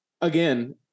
Again